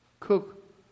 Cook